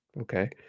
okay